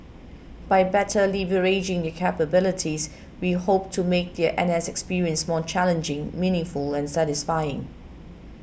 by better leveraging their capabilities we hope to make their N S experience more challenging meaningful and satisfying